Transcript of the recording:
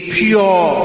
pure